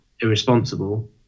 irresponsible